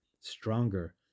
stronger